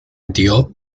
dio